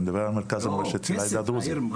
אני מדבר על מרכז המורשת של העדה הדרוזית.